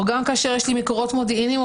או גם כאשר יש לי מקורות מודיעיניים או